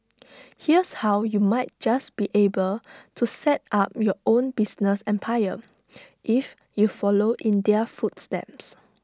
here's how you might just be able to set up your own business empire if you follow in their footsteps